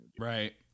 right